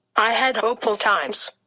i had hopeful times.